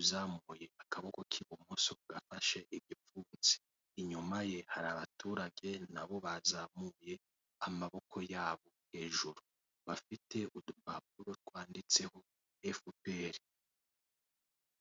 uzamuye akaboko k'ibimuso gafashe igipfunsi, inyuma ye hari abaturage nabo bazamuye amaboko yabo hejuru, bafite udupapuro twanditseho Efuperi.